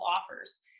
offers